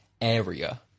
area